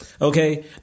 Okay